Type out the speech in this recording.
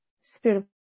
spirit